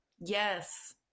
yes